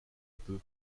peu